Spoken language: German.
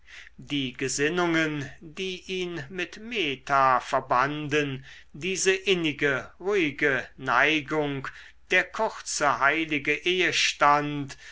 die gesinnungen die ihn mit meta verbanden diese innige ruhige neigung der kurze heilige ehestand